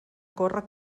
córrer